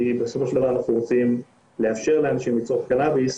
כי בסופו של דבר אנחנו רוצים לאפשר לאנשים לצרוך קנאביס,